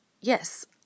yes